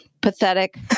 pathetic